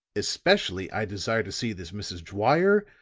especially i desire to see this mrs. dwyer,